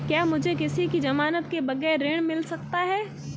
क्या मुझे किसी की ज़मानत के बगैर ऋण मिल सकता है?